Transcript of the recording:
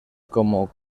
como